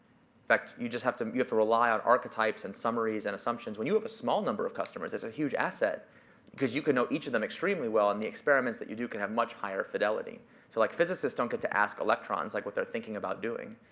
fact, you just have, you have to rely on archetypes and summaries and assumptions. when you have a small number of customers, it's a huge asset because you can know each of them extremely well and the experiments that you do can have much higher fidelity. so like, physicists don't get to ask electrons like what they're thinking about doing.